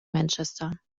manchester